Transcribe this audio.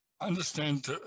understand